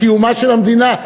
לקיומה של המדינה,